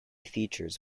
features